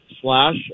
slash